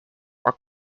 our